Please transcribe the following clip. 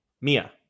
Mia